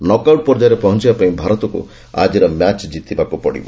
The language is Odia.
ନକ୍ ଆଉଟ୍ ପର୍ଯ୍ୟାୟରେ ପହଞ୍ଚବା ପାଇଁ ଭାରତକୁ ଆଜିର ମ୍ୟାଚ୍ ଜିତିବାକୁ ପଡ଼ିବ